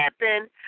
happen